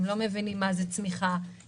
הם לא מבינים מה זה צמיחה כללית,